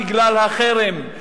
בגלל החרם,